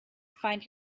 find